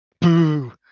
Boo